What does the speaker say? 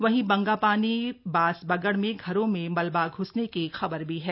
वहीं बंगापानी बांसबगड़ में घरों में मलबा घ्सने की खबर भी है